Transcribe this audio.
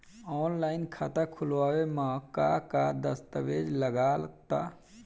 Online खाता खूलावे म का का दस्तावेज लगा ता?